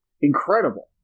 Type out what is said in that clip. incredible